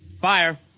Fire